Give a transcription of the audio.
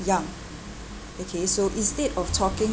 young okay so instead of talking